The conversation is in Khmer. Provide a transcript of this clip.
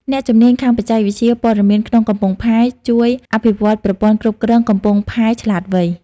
អ្នកជំនាញខាងបច្ចេកវិទ្យាព័ត៌មានក្នុងកំពង់ផែ ជួយអភិវឌ្ឍប្រព័ន្ធគ្រប់គ្រងកំពង់ផែឆ្លាតវៃ ។